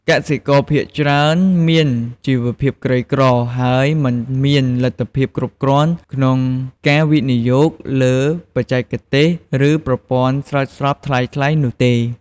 កសិករភាគច្រើនមានជីវភាពក្រីក្រ ហើយមិនមានលទ្ធភាពគ្រប់គ្រាន់ក្នុងការវិនិយោគលើបច្ចេកទេស ឬប្រព័ន្ធស្រោចស្រពថ្លៃៗនោះទេ។